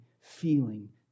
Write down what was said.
feeling